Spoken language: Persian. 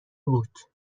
بود